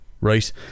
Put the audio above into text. right